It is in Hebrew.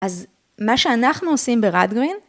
אז מה שאנחנו עושים ברדגרין...